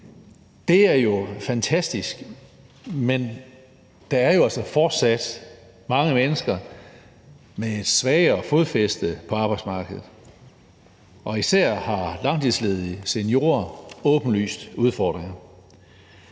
Det er jo fantastisk, men der er altså fortsat mange mennesker med et svagere fodfæste på arbejdsmarkedet, og især har langtidsledige seniorer åbenlyst udfordringer.